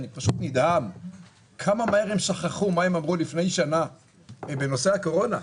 אני פשוט נדהם כמה מהר הם שכחו מה הם אמרו לפני שנה בנושא הקורונה.